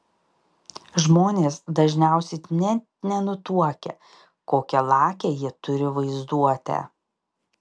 žmonės dažniausiai net nenutuokia kokią lakią jie turi vaizduotę